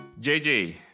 JJ